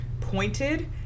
pointed